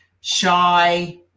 shy